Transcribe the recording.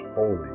holy